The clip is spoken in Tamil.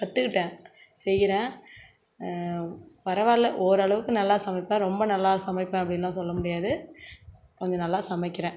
கத்துக்கிட்டேன் செய்யறேன் பரவயில்ல ஓரளவுக்கு நல்லா சமைப்பேன் ரொம்ப நல்லா சமைப்பேன் அப்படின்லான் சொல்ல முடியாது கொஞ்ச நல்லா சமைக்கிறேன்